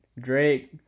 Drake